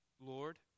Lord